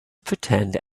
pretend